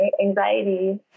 Anxiety